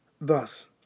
Thus